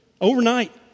overnight